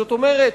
זאת אומרת,